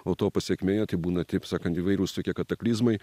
o to pasekmėje tai būna taip sakant įvairūs tokie kataklizmai